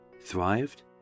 thrived